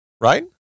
right